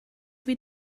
wie